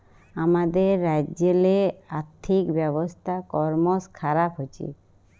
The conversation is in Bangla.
আমাদের রাজ্যেল্লে আথ্থিক ব্যবস্থা করমশ খারাপ হছে